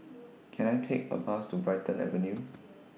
Can I Take A Bus to Brighton Avenue